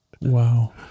wow